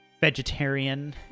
vegetarian